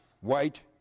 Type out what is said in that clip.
white